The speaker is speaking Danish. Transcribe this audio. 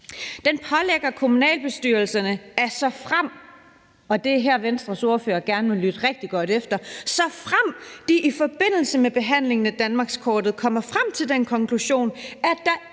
Den pålægger kommunalbestyrelserne, at såfremt – og det er her, Venstres ordfører gerne må lytte rigtig godt efter – de i forbindelse med behandlingen af danmarkskortet kommer frem til den konklusion, at der ikke er